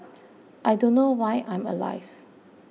I don't know why I'm alive